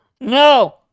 No